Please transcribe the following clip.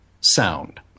Sound